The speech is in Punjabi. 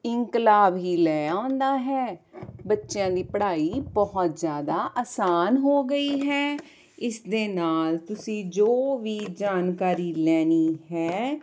ਇਨਕਲਾਬ ਹੀ ਲੈ ਆਉਂਦਾ ਹੈ ਬੱਚਿਆਂ ਦੀ ਪੜ੍ਹਾਈ ਬਹੁਤ ਜ਼ਿਆਦਾ ਆਸਾਨ ਹੋ ਗਈ ਹੈ ਇਸ ਦੇ ਨਾਲ ਤੁਸੀਂ ਜੋ ਵੀ ਜਾਣਕਾਰੀ ਲੈਣੀ ਹੈ